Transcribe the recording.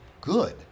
good